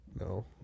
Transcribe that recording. no